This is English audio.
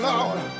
Lord